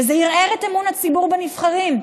וזה ערער את אמון הציבור בנבחרים.